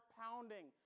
pounding